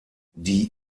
die